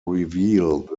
reveal